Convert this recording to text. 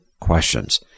questions